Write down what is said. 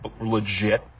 legit